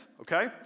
okay